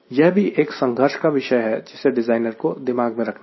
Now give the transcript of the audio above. यह भी एक संघर्ष का विषय है जिसे डिज़ाइनर को दिमाग में रखना है